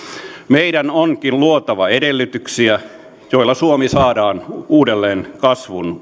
meidän onkin luotava edellytyksiä joilla suomi saadaan uudelleen kasvun